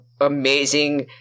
amazing